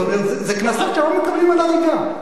זאת אומרת, זה קנסות שלא מקבלים על הריגה.